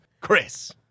Chris